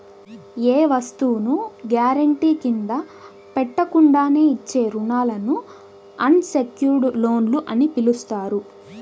ఏ వస్తువును గ్యారెంటీ కింద పెట్టకుండానే ఇచ్చే రుణాలను అన్ సెక్యుర్డ్ లోన్లు అని పిలుస్తారు